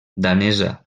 danesa